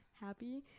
happy